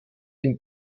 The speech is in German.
den